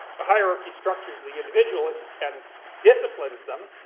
the hierarchy structures the individual and disciplines them,